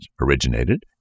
originated